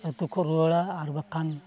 ᱟᱹᱛᱩ ᱠᱚ ᱨᱩᱣᱟᱹᱲᱟ ᱟᱨ ᱵᱟᱠᱷᱟᱱ